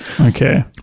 Okay